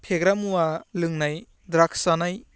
फेग्रा मुवा लोंनाय ड्राक्स जानाय